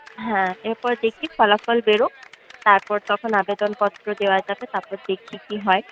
হ্যাঁ এরপর দেখি ফলাফল বেরোক তারপর তখন আবেদনপত্র দেওয়া যাবে তারপর দেখি কি হয়